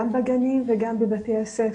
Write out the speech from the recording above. גם בגנים וגם בבתי הספר.